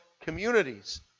communities